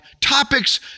topics